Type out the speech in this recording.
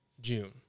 June